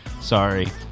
Sorry